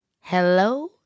Hello